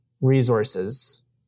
resources